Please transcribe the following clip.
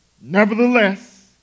Nevertheless